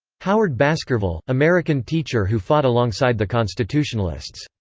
howard baskerville american teacher who fought alongside the constitutionalists.